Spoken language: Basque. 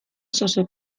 sozio